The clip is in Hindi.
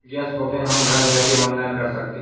गैस बुकिंग हम घर बैठे ऑनलाइन कर सकते है